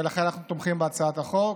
ולכן אנחנו תומכים בהצעת החוק.